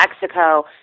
Mexico